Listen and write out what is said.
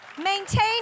Maintain